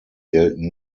gelten